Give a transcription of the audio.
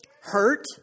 hurt